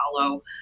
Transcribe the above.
follow